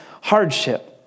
hardship